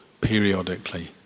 periodically